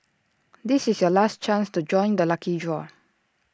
this is your last chance to join the lucky draw